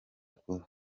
kuba